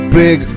big